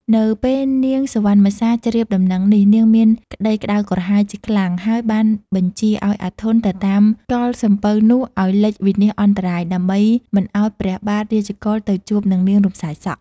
នៅពេលនាងសុវណ្ណមសា ជ្រាបដំណឹងនេះ នាងមានក្ដីក្ដៅក្រហាយជាខ្លាំង ហើយបានបញ្ជាឲ្យអាធន់ទៅតាមកល់សំពៅនោះឲ្យលិចវិនាសអន្តរាយ ដើម្បីមិនឲ្យព្រះបាទ រាជកុល ទៅជួបនឹងនាង រំសាយសក់។